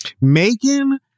Megan